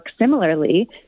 similarly